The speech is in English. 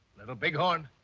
little big horn,